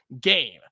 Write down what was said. game